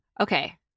Okay